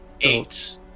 eight